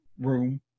room